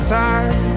time